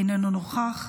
אינו נוכח.